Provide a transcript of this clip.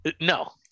No